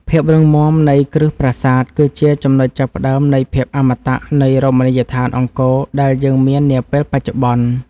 ភាពរឹងមាំនៃគ្រឹះប្រាសាទគឺជាចំណុចចាប់ផ្តើមនៃភាពអមតៈនៃរមណីយដ្ឋានអង្គរដែលយើងមាននាពេលបច្ចុប្បន្ន។